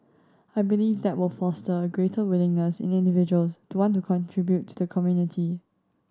I believe that will foster a greater willingness in individuals to want to contribute to the community